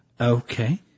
Okay